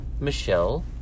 Michelle